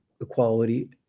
equality